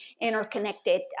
interconnected